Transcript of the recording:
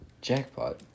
Jackpot